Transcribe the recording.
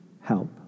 help